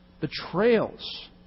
Betrayals